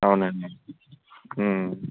అవునండి